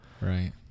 Right